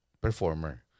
performer